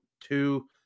two